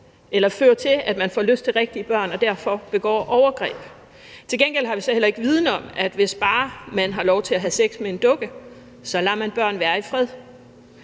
dukke fører til, at man får lyst til rigtige børn og derfor begår overgreb. Til gengæld har vi så heller ikke viden om, at hvis bare man har lov til at have sex med en dukke, lader man børn være i fred.